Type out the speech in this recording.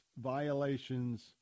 violations